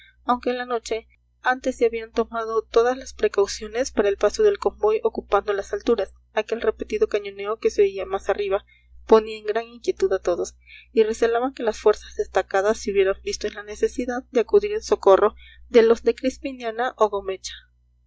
aunque en la noche antes se habían tomado todas las precauciones para el paso del convoy ocupando las alturas aquel repetido cañoneo que se oía más arriba ponía en gran inquietud a todos y recelaban que las fuerzas destacadas se hubieran visto en la necesidad de acudir en socorro de los de crispiniana o gomecha